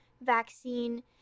vaccine